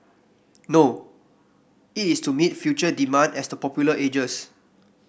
no it is to meet future demand as the popular ages